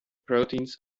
proteins